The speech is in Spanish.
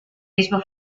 mismo